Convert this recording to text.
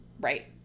Right